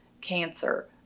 cancer